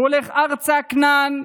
הוא הולך ארצה כנען,